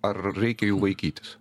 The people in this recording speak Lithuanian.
ar reikia jų laikytis